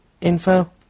info